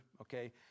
okay